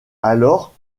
alors